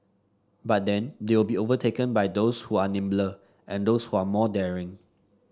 but then they will be overtaken by those who are nimbler and those who are more daring